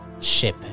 ship